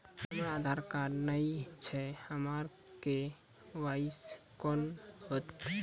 हमरा आधार कार्ड नई छै हमर के.वाई.सी कोना हैत?